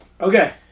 Okay